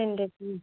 ten டேஸா